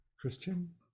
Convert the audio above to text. Christian